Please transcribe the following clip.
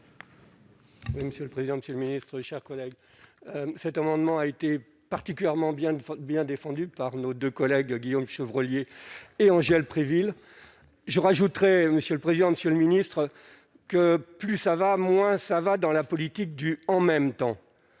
monsieur le président, monsieur le ministre, chers collègues, cet amendement a été particulièrement bien bien défendus par nos 2 collègues Guillaume Chevrollier et Angèle Préville je rajouterai, monsieur le président, monsieur le ministre, que plus ça va, moins ça va dans la politique du en même temps on